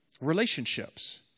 relationships